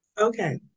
Okay